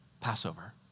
Passover